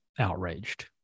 outraged